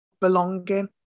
belonging